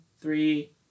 three